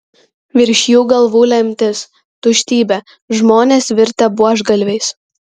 virš jų galvų lemtis tuštybė žmonės virtę buožgalviais